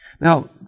Now